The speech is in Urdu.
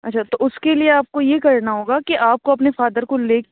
اچھا تو اُس کے لیے آپ کو یہ کرنا ہوگا کہ آپ کو اپنے فادر کو لے کے